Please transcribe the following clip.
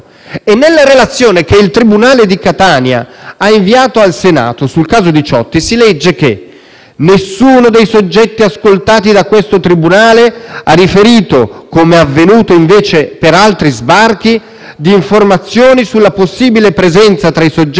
«Nessuno dei soggetti ascoltati da questo tribunale ha riferito (come avvenuto invece per altri sbarchi) di informazioni sulla possibile presenza, tra i soggetti soccorsi, di persone pericolose per la sicurezza e l'ordine pubblico nazionale».